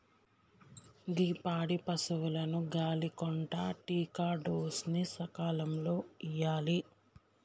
గీ పాడి పసువులకు గాలి కొంటా టికాడోస్ ని సకాలంలో ఇయ్యాలి